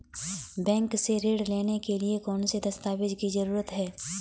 Bank से ऋण लेने के लिए कौन से दस्तावेज की जरूरत है?